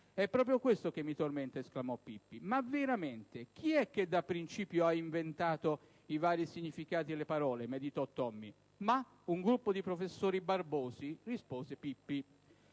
"È proprio questo che mi tormenta!", esclamò Pippi. "Ma veramente, chi è che da principio ha inventato i vari significati delle parole?", meditò Tommy. "Ma, un gruppo di professori barbosi", rispose Pippi».